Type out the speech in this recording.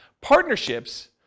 Partnerships